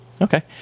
Okay